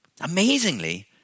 Amazingly